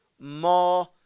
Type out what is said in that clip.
more